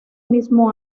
mismo